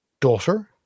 daughter